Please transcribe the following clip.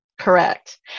Correct